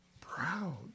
proud